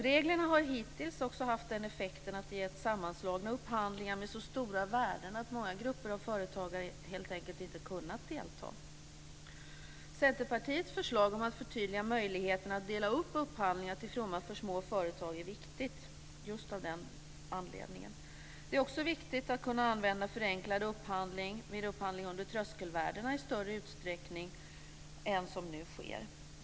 Reglerna har hittills också haft den effekten att de gett sammanslagna upphandlingar med så stora värden att många grupper av företagare helt enkelt inte kunnat delta. Centerpartiets förslag om att förtydliga möjligheterna att dela upp upphandlingar till fromma för små företag är viktigt just av den anledningen. Det är också viktigt att kunna använda förenklad upphandling vid upphandling under tröskelvärdena i större utsträckning än som nu sker.